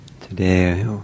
today